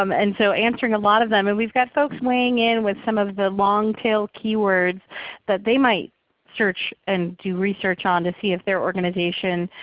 um and so answering a lot of them. and we've got folks weighing in with some of the long tail keywords that they might search and do research on to see if their organization